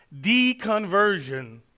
deconversion